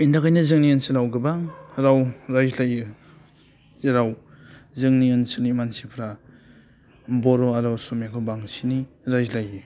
बेनि थाखायनो जोंनि ओनसोलाव गोबां राव रायज्लायो जेराव जोंनि ओनसोलनि मानसिफ्रा बर' आरो असमियाखौ बांसिनै रायज्लायो